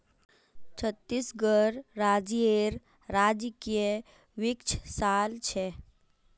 छत्तीसगढ़ राज्येर राजकीय वृक्ष साल छे